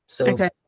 Okay